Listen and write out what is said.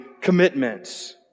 Commitments